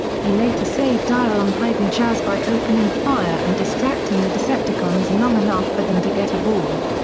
he later saved ironhide and jazz by opening fire and distracting the decepticons long enough for them to get aboard.